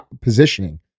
positioning